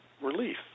relief